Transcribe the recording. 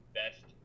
best